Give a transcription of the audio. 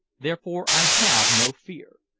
therefore i have no fear.